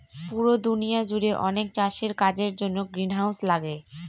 পুরো দুনিয়া জুড়ে অনেক চাষের কাজের জন্য গ্রিনহাউস লাগে